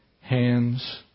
hands